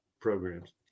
programs